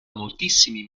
moltissimi